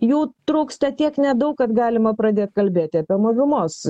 jų trūksta tiek nedaug kad galima pradėt kalbėti apie mažumos